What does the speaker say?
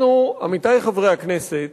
אנחנו, עמיתי חברי הכנסת,